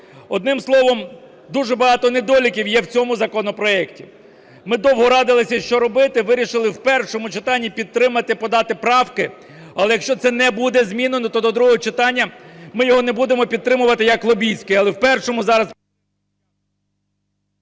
Одним словом, дуже багато недоліків є в цьому законопроекті. Ми довго радилися, що робити, і вирішили в першому читанні підтримати, подати правки. Але якщо це не буде змінено, то до другого читання ми його не будемо підтримувати як лобістський.